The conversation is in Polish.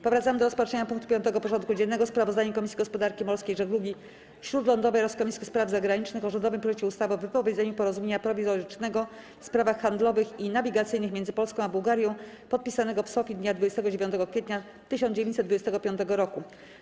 Powracamy do rozpatrzenia punktu 5. porządku dziennego: Sprawozdanie Komisji Gospodarki Morskiej i Żeglugi Śródlądowej oraz Komisji Spraw Zagranicznych o rządowym projekcie ustawy o wypowiedzeniu Porozumienia Prowizorycznego w sprawach handlowych i nawigacyjnych między Polską a Bułgarją, podpisanego w Sofji dnia 29 kwietnia 1925 roku.